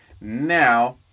Now